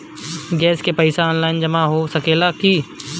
Gas के पइसा online जमा हो सकेला की?